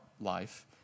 life